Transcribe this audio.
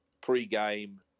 pre-game